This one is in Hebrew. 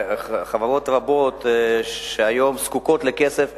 חברות רבות שהיום זקוקות לכסף,